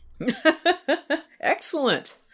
Excellent